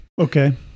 Okay